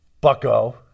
bucko